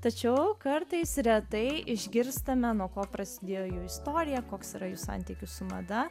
tačiau kartais retai išgirstame nuo ko prasidėjo jų istorija koks yra jų santykis su mada